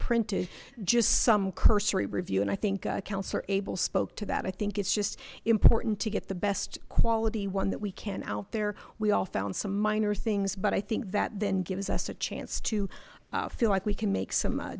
printed just some cursory review and i think councilor abel spoke to that i think it's just important to get the best quality one that we can out there we all found some minor things but i think that then gives us a chance to feel like we can make some